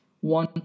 one